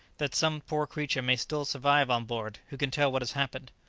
that some poor creature may still survive on board, who can tell what has happened?